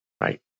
right